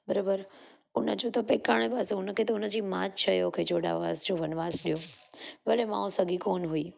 बराबरि उन जो त पेकाणे पासे उन खे त उन जी माउ जि चयो के चोॾहं वरसि जो वनिवासु ॾियो भले माउ सॻी कोन्ह हुई